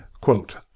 Quote